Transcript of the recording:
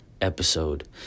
episode